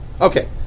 Okay